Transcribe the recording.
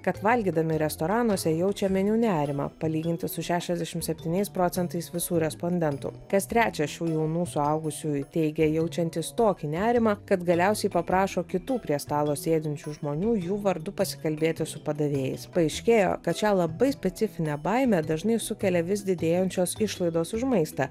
kad valgydami restoranuose jaučia meniu nerimą palyginti su šešiasdešim septyniais procentais visų respondentų kas trečias šių jaunų suaugusiųjų teigė jaučiantys tokį nerimą kad galiausiai paprašo kitų prie stalo sėdinčių žmonių jų vardu pasikalbėti su padavėjais paaiškėjo kad šią labai specifinę baimę dažnai sukelia vis didėjančios išlaidos už maistą